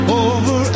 over